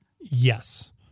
Yes